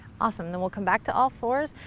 awesome. then we'll come back to all fours.